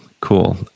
Cool